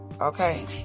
Okay